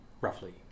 roughly